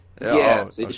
Yes